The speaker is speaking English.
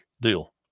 deal